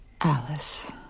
Alice